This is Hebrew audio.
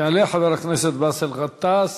יעלה חבר הכנסת באסל גטאס,